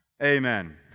Amen